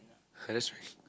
I just realised